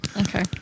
Okay